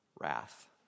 wrath